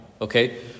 Okay